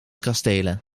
kastelen